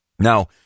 Now